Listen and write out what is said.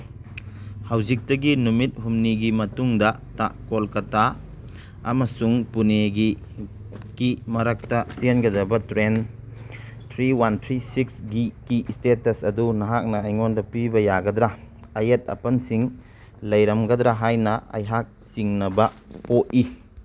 ꯍꯧꯖꯤꯛꯇꯒꯤ ꯅꯨꯃꯤꯠ ꯍꯨꯝꯅꯤꯒꯤ ꯃꯇꯨꯡꯗ ꯇ ꯀꯣꯜꯀꯇꯥ ꯑꯃꯁꯨꯡ ꯄꯨꯅꯦꯒꯤ ꯀꯤ ꯃꯔꯛꯇ ꯆꯦꯟꯒꯗꯕ ꯇ꯭ꯔꯦꯟ ꯊ꯭ꯔꯤ ꯋꯥꯟ ꯊ꯭ꯔꯤ ꯁꯤꯛꯁꯒꯤ ꯀꯤ ꯏꯁꯇꯦꯇꯁ ꯑꯗꯨ ꯅꯍꯥꯛꯅ ꯑꯩꯉꯣꯟꯗ ꯄꯤꯕ ꯌꯥꯒꯗ꯭ꯔꯥ ꯑꯌꯦꯠ ꯑꯄꯟꯁꯤꯡ ꯂꯩꯔꯝꯒꯗ꯭ꯔꯥ ꯍꯥꯏꯅ ꯑꯩꯍꯥꯛ ꯆꯤꯡꯅꯕ ꯄꯣꯛꯏ